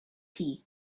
tea